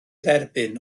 dderbyn